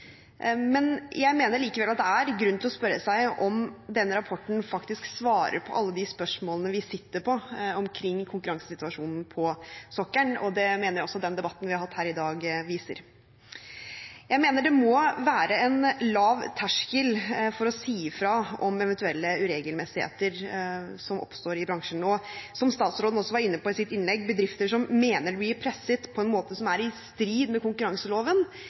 men jeg mener likevel at det er grunn til å spørre seg om denne rapporten faktisk svarer på alle de spørsmålene vi sitter med omkring konkurransesituasjonen på sokkelen. Det mener jeg også den debatten vi har hatt her i dag, viser. Jeg mener at det må være en lav terskel for å si fra om eventuelle uregelmessigheter som oppstår i bransjen nå. Som statsråden også var inne på i sitt innlegg: Bedrifter som mener de blir presset på en måte som er i strid med konkurranseloven,